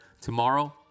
tomorrow